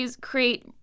create